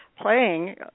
playing